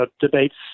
debates